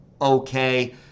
Okay